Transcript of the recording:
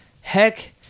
Heck